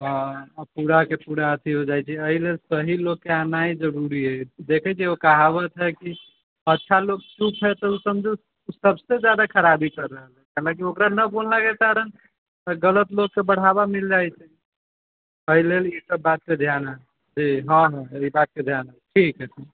हँ पूरा के पूरा अथि होय जाइ छै एहिलेल सही लोकके एनाइ जरूरी अछि देखै छियै एकगो कहावत है कि अच्छा लोक चुप है तऽ ओ समझो सबसे ज्यादा खराबी करि रहल है हलाँकि ओकरा नहि मोन लागय त गलत लोकके बढ़ावा मिल जाइ छै एहिलेल इसब बातके ध्यान राखब जी हाँ एहि बातके ध्यान राखब ठीक ऐछ